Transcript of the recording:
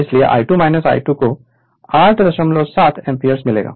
इसलिए I2 I1 को 87 ampere मिलेगा